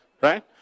right